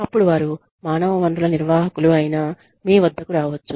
అప్పుడు వారు మానవ వనరుల నిర్వాహకులు ఐన మీ వద్దకు రావచ్చు